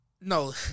No